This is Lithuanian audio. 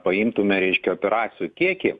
paimtume reiškia operacijų kiekį